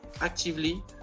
actively